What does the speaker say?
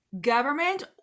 government